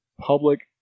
public